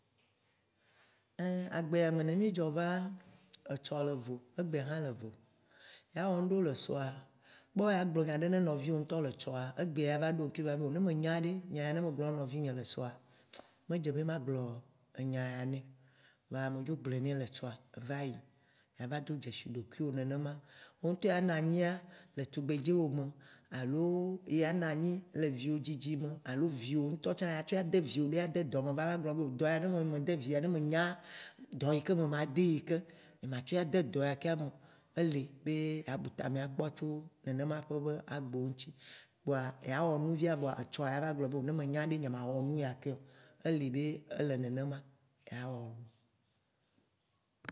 Agbe ya me ne mì dzɔ va, etsɔ le vo, egbea tsã le vo, ya wɔ ŋɖewo le tsɔa, kpɔ ya gblɔ nya ɖe ne nɔviwo ŋtɔ le tsɔa, egbe ya va ɖo ŋkui ava be ne me nya ɖe, nya ya ne megblɔ ne nɔvinye le tsɔa, me dze be ma gblɔ anya ya nɛ o, vɔa me dzo gblɔe nɛ le tsɔa vayi, ya va do dzesi ɖokuiwo nenema. Wò ŋtɔ ana anyi le tugbedze wò me, alo yea nanyi le viwò dzidzi me, alo viwò ŋtɔtsã, ya tsɔe ade viwò ɖe ade dɔme vɔ ava gblɔ be dɔya ne me medo viya ne menya, dɔ yi ke me made yi ke, nye matsɔe ade dɔ ya kea me o. Eli be abu tame akpɔ tso nenema ba gbe wò ŋti. Kpoa ya wɔ nu via vɔa etsɔ ya va gblɔ be, ne ɖe me nyae ɖe, nye mawɔ nu ya akea o. Eli be ele nenema ya wɔ.